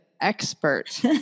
expert